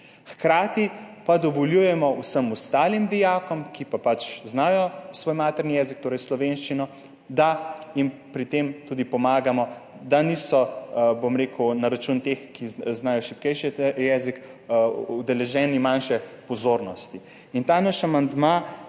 hkrati pa dovoljujemo vsem ostalim dijakom, ki pa pač znajo svoj materni jezik, torej slovenščino, da jim pri tem tudi pomagamo, da niso, bom rekel, na račun teh, ki znajo šibkejše jezik, deležni manjše pozornosti. Ta naš amandma